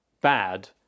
bad